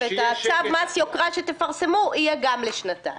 וצו מס יוקרה שתפרסמו יהיה גם לשנתיים.